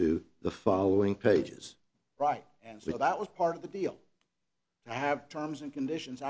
to the following pages right and so that was part of the deal i have terms and conditions